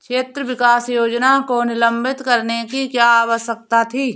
क्षेत्र विकास योजना को निलंबित करने की क्या आवश्यकता थी?